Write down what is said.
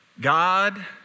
God